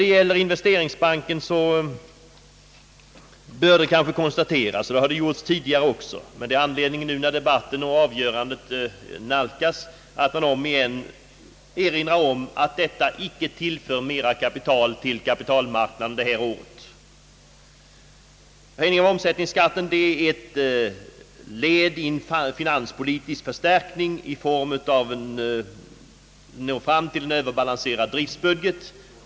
Beträffande investeringsbanken bör det noteras — det har visserligen gjorts tidigare, men när avgörandet nu nalkas är det anledning att erinra om det igen — att banken inte tillför mer kapital till kapitalmarknaden i år. Höjning av omsättningsskatten är ett led i en finanspolitisk förstärkning för att nå fram till en överbalanserad driftbudget.